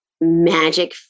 magic